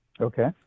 okay